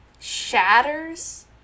Shatters